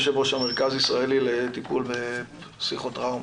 יושב ראש המרכז הישראלי לטפול בפסיכו טראומה.